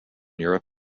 europe